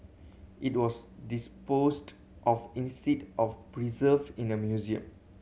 it was disposed of in seed of preserved in a museum